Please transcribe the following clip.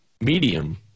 medium